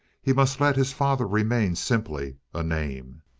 he must let his father remain simply a name.